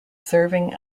serving